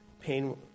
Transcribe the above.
pain